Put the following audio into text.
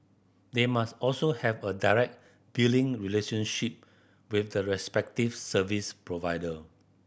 they must also have a direct billing relationship with the respective service provider